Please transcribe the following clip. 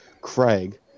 Craig